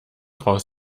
raus